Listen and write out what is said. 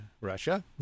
Russia